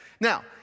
Now